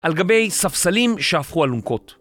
על גבי ספסלים שהפכו אלונקות.